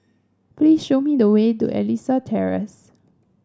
please show me the way to Elias Terrace